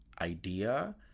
idea